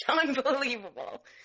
unbelievable